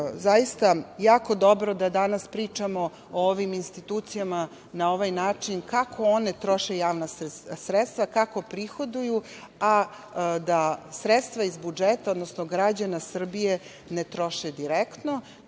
zaista jako dobro da danas pričamo o ovim institucijama na ovaj način, kako one troše javna sredstva, kako prihoduju, a da sredstva iz budžeta, odnosno građana Srbije ne troše direktno.